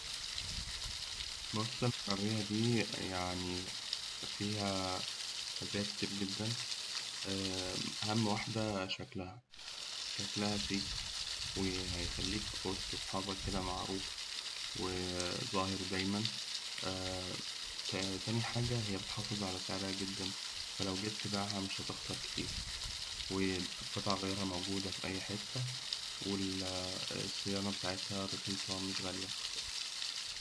بص العربية دي يعني فيها مزايا كتير جداً؛ أهم واحدة شكلها شيك، وهيخليك وسط أصحابك كده معروف، وظاهر دايماً، تاني حاجة هي بتحافظ على سعرها جداً فلو جيت تبيعها مش هتخسر كتير، وقطع غيارها موجودة في أي حتة، وال الصيانة بتاعتها رخيصة مش غالية.